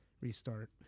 restart